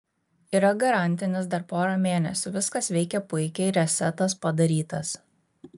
yra garantinis dar pora mėnesių viskas veikia puikiai resetas padarytas